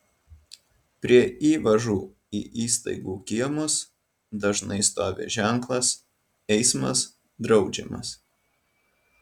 prie įvažų į įstaigų kiemus dažnai stovi ženklas eismas draudžiamas